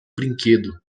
brinquedo